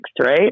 Right